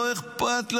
לא אכפת להם,